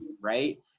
Right